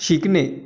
शिकणे